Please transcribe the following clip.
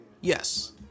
Yes